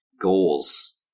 goals